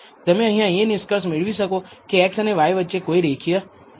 તમે અહીંયા એ નિષ્કર્ષ મેળવી શકો છો કે x અને y વચ્ચે કોઈ રેખીય નથી